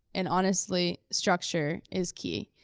and honestly, structure is key,